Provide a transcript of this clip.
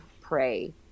pray